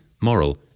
moral